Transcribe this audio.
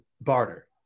barter